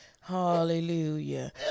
hallelujah